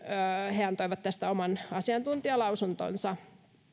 he antoivat tästä oman asiantuntijalausuntonsa